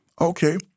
Okay